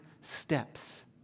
steps